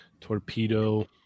torpedo